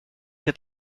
que